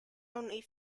only